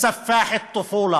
בערבית ומתרגם:)